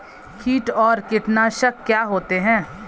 कीट और कीटनाशक क्या होते हैं?